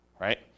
right